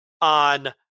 on